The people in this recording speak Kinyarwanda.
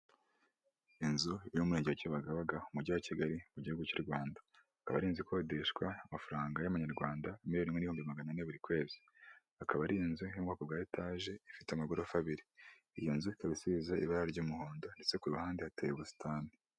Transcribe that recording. Iki ngiki ni icyapa gifite ishusho ya mpande eshatu, umuzenguruko utukura, ubuso bw'umweru, ikirango cy'umukara. Ikingiki nuzakibona uri mu muhanda uzamenyeko uwo muhanda urimo uragendamo iburyo n'ibumoso hashamikiyeho utundi duhanda dutoya.